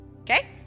okay